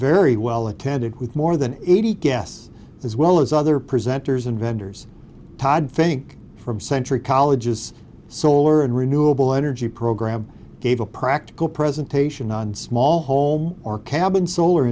very well attended with more than eighty guests as well as other presenters and vendors todd fink from century colleges solar and renewable energy program gave a practical presentation on small home or cabin solar